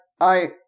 I-